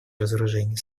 разоружение